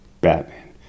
Batman